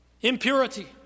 impurity